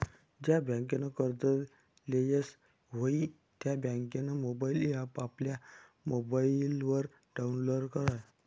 ज्या बँकनं कर्ज लेयेल व्हयी त्या बँकनं मोबाईल ॲप आपला मोबाईलवर डाऊनलोड करा